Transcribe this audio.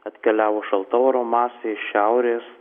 atkeliavo šalta oro masė iš šiaurės